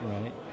Right